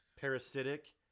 parasitic